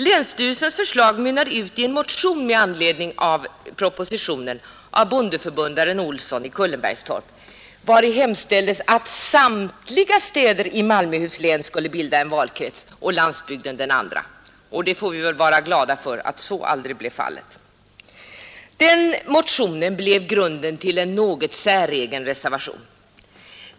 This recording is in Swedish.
Länsstyrelsens förslag mynnade ut i en motion med anledning av propositionen av bondeförbundaren Olsson i Kullenbergstorp vari hemställdes att samtliga städer i Malmöhus län skulle bilda en valkrets och landsbygden den andra. — Vi får väl vara glada att så aldrig blev fallet. Den motionen blev grunden till en något säregen reservation.